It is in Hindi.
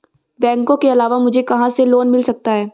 बैंकों के अलावा मुझे कहां से लोंन मिल सकता है?